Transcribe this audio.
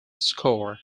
score